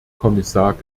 kommissar